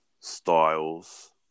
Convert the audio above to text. Styles